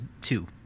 two